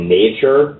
nature